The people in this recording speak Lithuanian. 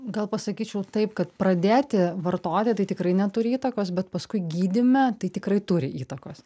gal pasakyčiau taip kad pradėti vartoti tai tikrai neturi įtakos bet paskui gydyme tai tikrai turi įtakos